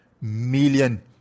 million